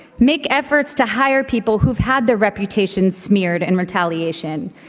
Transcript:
make efforts to hire people who've had their reputation smeared and retaliation.